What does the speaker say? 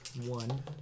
one